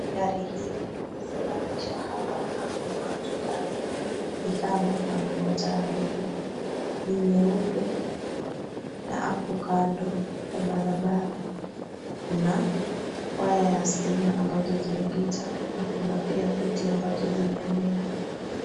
Gari hili limesimamishwa hapa na hakuna watu ndani, ni kama wanangoja abiria. Ni nyeupe na hapo kando ya barabara, kuna waya ya stima ambazo zimepita na kuna pia miti ambazo zimemea.